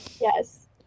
Yes